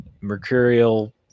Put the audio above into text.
mercurial